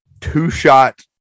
two-shot